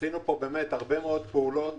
עשינו הרבה פעולות